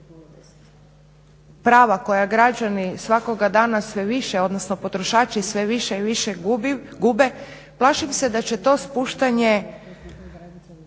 prava koja građani svakoga dana sve više odnosno potrošači sve više i više gube plašim se da će to spuštanje